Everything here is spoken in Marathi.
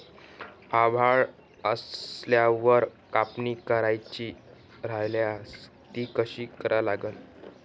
आभाळ आल्यावर कापनी करायची राह्यल्यास ती कशी करा लागन?